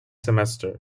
semester